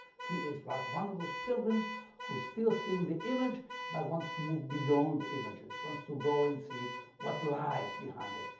he is like one of those pilgrims who is still seeing the image but wants to move beyond images, wants to go and see what lies behind it.